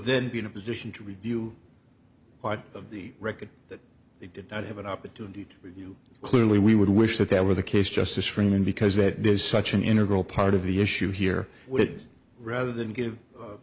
then be in a position to review part of the record that they did not have an opportunity to with you clearly we would wish that that were the case justice freeman because that is such an integral part of the issue here would rather than give